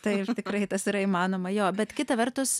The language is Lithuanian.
taip tikrai tas yra įmanoma jo bet kita vertus